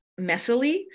messily